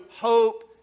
hope